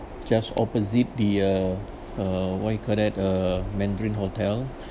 just opposite the uh uh what you call that uh mandarin hotel